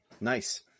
Nice